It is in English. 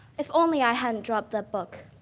if only i hadn't dropped that book.